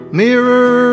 mirror